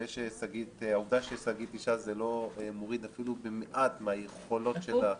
העובדה ששגית אישה לא מורידה אפילו במעט מהיכולות שלה,